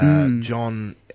John